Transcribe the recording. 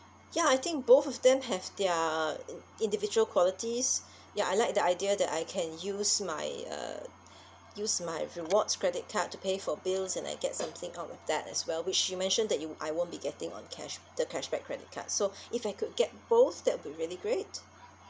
ya I think both of them have their in~ individual qualities ya I like the idea that I can use my uh use my rewards credit card to pay for bills and I get something out of that as well which you mentioned that you I won't be getting on cash the cashback credit card so if I could get both that'll be really great